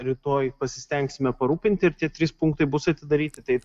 rytoj pasistengsime parūpinti ir tie trys punktai bus atidaryti tai